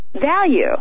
value